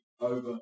over